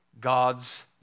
God's